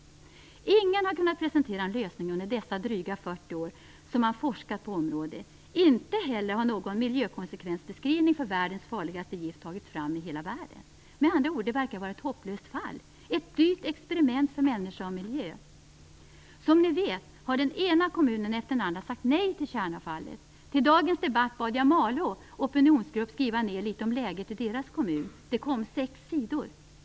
Ingen har kunnat presentera en lösning under de dryga 40 år som man forskat på området, och inte heller har någon miljökonsekvensbeskrivning för världens farligaste gift tagits fram i hela världen. Det verkar med andra ord vara ett hopplöst fall - ett dyrt experiment för människa och miljö. Som ni vet har den ena kommunen efter den andra sagt nej till kärnavfallet. Till dagens debatt bad jag Malå opinionsgrupp, Op-gruppen, skriva ner litet om läget i deras kommun. Det kom sex sidor.